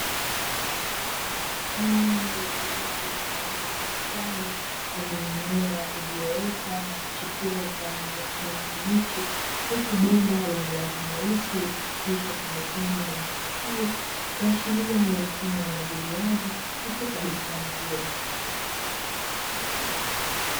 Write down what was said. Eneo la wazi mfano wa bustani lenye mimea iliyoota na kuchipua kwa rangi ya kijani kibichi, huku bomba lenye rangi nyeusi likipitishwa pembezoni mwa miche hiyo, kuashiria ni mfumo wa umwagiliaji katika bustani hiyo.